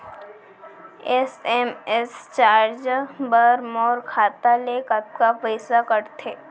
SMS charge बर मोर खाता ले कतका पइसा कटथे?